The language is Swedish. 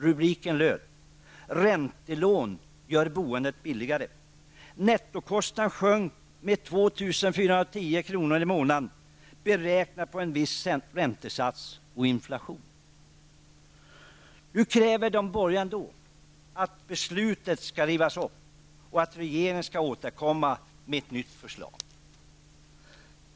Rubriken löd Räntelån gör boendet billigare. Nettokostnaden sjönk med 2 410 kr. i månaden beräknad på en viss räntesats och inflation. Nu kräver de borgerliga ändå att beslutet skall rivas upp och att regeringen skall återkomma med ett nytt förslag.